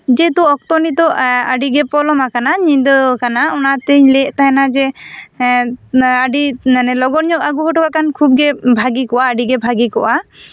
ᱡᱮ ᱛᱚ ᱚᱠᱛᱚ ᱱᱤᱛᱚᱜ ᱮ ᱟᱹᱰᱤ ᱜᱮ ᱯᱚᱞᱚᱢ ᱟᱠᱟᱱᱟ ᱧᱤᱫᱟᱹ ᱟᱠᱟᱱᱟ ᱚᱱᱟᱛᱮᱧ ᱞᱟᱹᱭ ᱮᱫ ᱛᱟᱦᱮᱱᱟ ᱡᱮ ᱟᱹᱰᱤ ᱞᱚᱜᱚᱱ ᱧᱚᱜ ᱜᱮ ᱟᱹᱜᱩ ᱦᱚᱴᱚ ᱠᱟᱜ ᱞᱮᱠᱷᱟᱱ ᱠᱦᱟᱵ ᱜᱮ ᱵᱷᱟᱹᱜᱤ ᱠᱚᱜ ᱟ ᱟᱹᱰᱤ ᱜᱮ ᱵᱷᱟᱹᱜᱤ ᱠᱚᱜᱼᱟ